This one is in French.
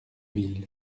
ville